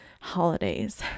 holidays